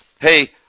hey